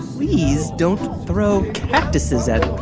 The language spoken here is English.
please don't throw cactuses at